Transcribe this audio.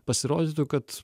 pasirodytų kad